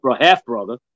half-brother